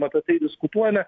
apie tai diskutuojame